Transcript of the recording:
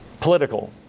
political